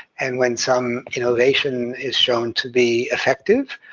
and when some innovation is shown to be effective,